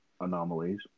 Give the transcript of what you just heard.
anomalies